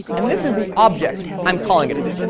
and this is the object i'm calling it on.